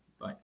Bye